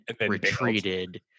retreated